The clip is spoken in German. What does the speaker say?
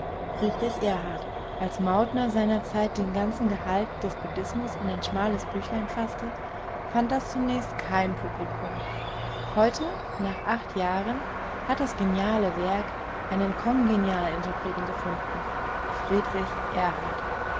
friedrich erhard als mauthner seinerzeit den ganzen gehalt des buddhismus in ein schmales büchlein faßte fand das zunächst kein publikum heute nach acht jahren hat das geniale werk einen kongenialen interpreten gefunden friedrich erhard